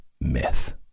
myth